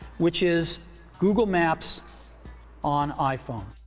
which is google maps on iphone.